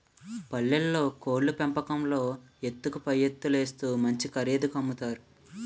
పల్లెల్లో కోళ్లు పెంపకంలో ఎత్తుకు పైఎత్తులేత్తు మంచి ఖరీదుకి అమ్ముతారు